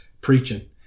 preaching